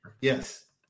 Yes